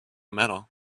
metal